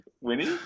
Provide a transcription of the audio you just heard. Winnie